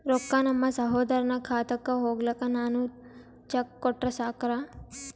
ರೊಕ್ಕ ನಮ್ಮಸಹೋದರನ ಖಾತಕ್ಕ ಹೋಗ್ಲಾಕ್ಕ ನಾನು ಚೆಕ್ ಕೊಟ್ರ ಸಾಕ್ರ?